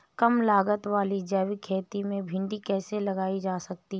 कम लागत वाली जैविक खेती में भिंडी कैसे लगाई जा सकती है?